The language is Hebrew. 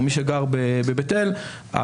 או מי שגר בבית אל,